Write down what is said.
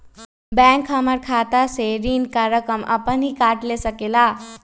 Bank हमार खाता से ऋण का रकम अपन हीं काट ले सकेला?